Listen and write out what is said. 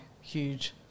Huge